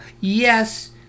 yes